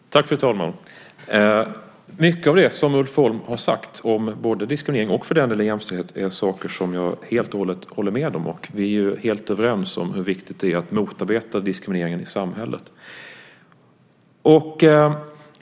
Fru talman! Mycket av det Ulf Holm har sagt om diskriminering och om jämställdhet håller jag helt med om. Vi är helt överens om hur viktigt det är att motarbeta diskrimineringen i samhället.